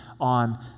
on